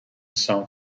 some